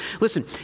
Listen